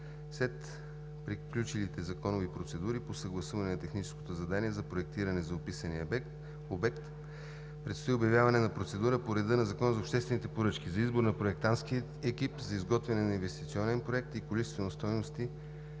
След приключилите законови процедури по съгласуване на техническото задание за проектиране за описания обект предстои обявяване на процедура по реда на Закона за обществените поръчки за избор на проектантски екип за изготвяне на инвестиционен проект и количествено стойностни